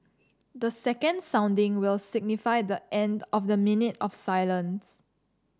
the second sounding will signify the end of the minute of silence